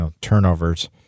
turnovers